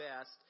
best